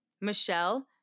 Michelle